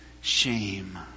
shame